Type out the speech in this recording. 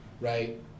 right